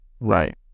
right